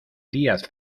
díaz